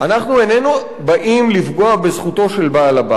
אנחנו איננו באים לפגוע בזכותו של בעל-הבית.